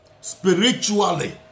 spiritually